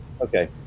Okay